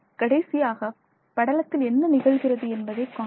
கடைசியாக படலத்தில் என்ன நிகழ்கிறது என்பதைக் காண்போம்